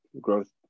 growth